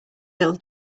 little